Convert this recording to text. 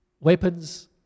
weapons